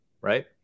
right